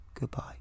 goodbye